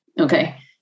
okay